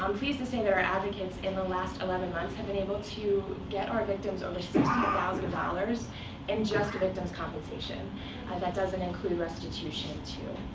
um and say that our advocates, in the last eleven months, have been able to get our victims over sixty thousand dollars in just victim's compensation that doesn't include restitution, too.